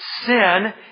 sin